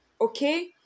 okay